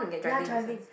ya driving